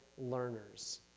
learners